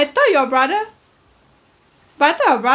thought your brother but I thought your brother